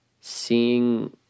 seeing